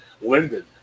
Linden